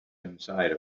inside